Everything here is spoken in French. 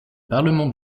parlement